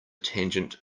tangent